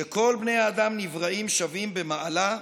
שכל בני האדם נבראו שווים במעלה,